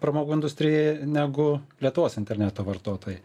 pramogų industrijai negu lietuvos interneto vartotojai